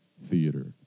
theater